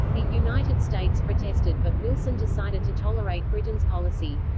the united states protested but wilson decided to tolerate britain's policy.